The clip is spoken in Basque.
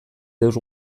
deus